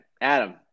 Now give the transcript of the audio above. Adam